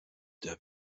der